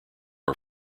are